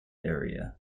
area